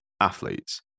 athletes